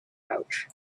pouch